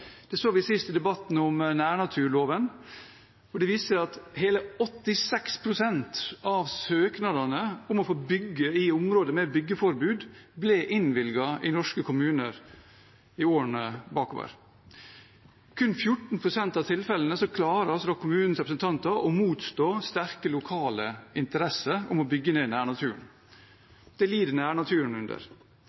Det så vi sist i debatten om nærnaturloven, og det viser seg at hele 86 pst. av søknadene om å få bygge i områder med byggeforbud ble innvilget i norske kommuner i årene bakover i tid. Kun i 14 pst. av tilfellene klarte altså kommunenes representanter å motstå sterke lokale interesser om å bygge ned nærnaturen. Det lider nærnaturen under.